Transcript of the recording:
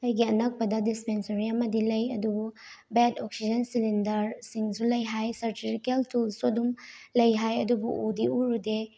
ꯑꯩꯒꯤ ꯑꯅꯛꯄꯗ ꯗꯤꯁꯄꯦꯟꯁꯔꯤ ꯑꯃꯗꯤ ꯂꯩ ꯑꯗꯨꯕꯨ ꯕꯦꯠ ꯑꯣꯛꯁꯤꯖꯦꯟ ꯁꯤꯂꯤꯟꯗꯔꯁꯤꯡꯁꯨ ꯂꯩ ꯍꯥꯏ ꯁꯔꯖꯤꯀꯦꯜ ꯇꯨꯜꯁꯁꯨ ꯑꯗꯨꯝ ꯂꯩ ꯍꯥꯏ ꯑꯗꯨꯕꯨ ꯎꯗꯤ ꯎꯔꯨꯗꯦ